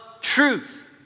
truth